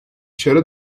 چرا